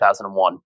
2001